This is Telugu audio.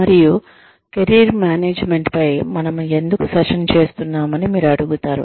మరియు కెరీర్ మేనేజ్మెంట్పై మనము ఎందుకు సెషన్ చేస్తున్నామని మీరు అడుగుతారు